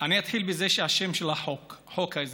אני אתחיל בזה שהשם של החוק, חוק האזרחות,